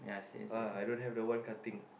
ah I don't have the one cutting